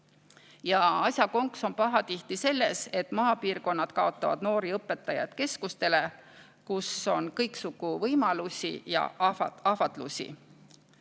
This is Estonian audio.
Ja asja konks on pahatihti selles, et maapiirkonnad kaotavad noori õpetajaid keskustele, kus on kõiksugu võimalusi ja ahvatlusi.